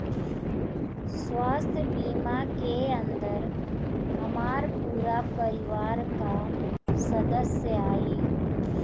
स्वास्थ्य बीमा के अंदर हमार पूरा परिवार का सदस्य आई?